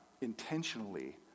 intentionally